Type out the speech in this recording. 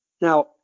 Now